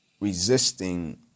resisting